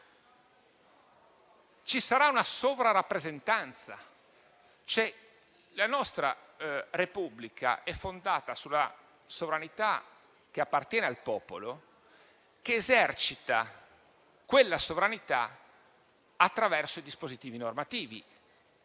Ci sarà una sovrarappresentanza. La nostra Repubblica è fondata sulla sovranità che appartiene al popolo, che la esercita attraverso i dispositivi normativi.